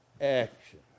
action